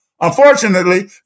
Unfortunately